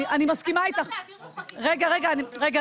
אז או שתעבירו חקיקה --- רגע, רגע,